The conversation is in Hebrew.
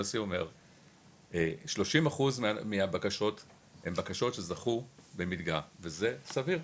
יוסי אומר שלושים אחוז מהבקשות הן בקשות שזכו במלגה וזה סביר.